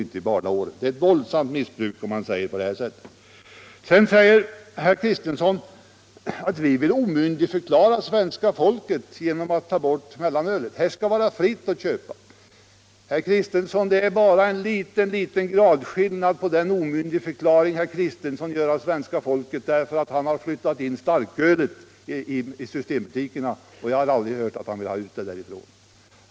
Alkoholmissbruk är nog så besvärligt om det sätter in senare i livet. Herr Kristenson sade också att vi vill omyndigförklara svenska folket genom att ta bort mellanölet. Det skall få köpas fritt. Men det är bara en mycket liten gradskillnad mellan den omyndigförklaringen och den som herr Kristenson själv har gjort, när han varit med om att flytta in starkölet i systembutikerna. Och jag har aldrig hört att han vill ha ut det därifrån.